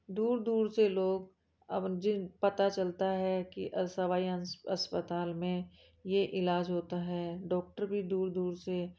दूर दूर से लोग अब जिन पता चलता है कि सवाई अंस अस्पताल में ये इलाज होता है डॉक्टर भी दूर दूर से